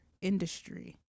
industry